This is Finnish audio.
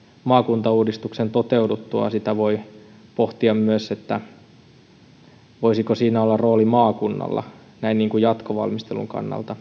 maakuntauudistuksen toteuduttua sitä voi pohtia myös voisiko siinä olla rooli maakunnalla näin jatkovalmistelun kannalta